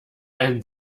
ein